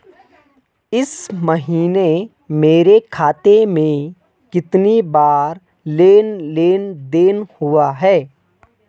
इस महीने मेरे खाते में कितनी बार लेन लेन देन हुआ है?